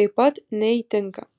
taip pat neįtinka